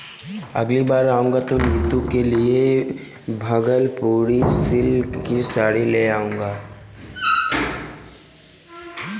अगली बार आऊंगा तो नीतू के लिए भागलपुरी सिल्क की साड़ी ले जाऊंगा